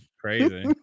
crazy